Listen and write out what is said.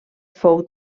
fou